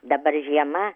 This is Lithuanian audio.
dabar žiema